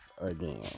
again